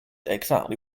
exactly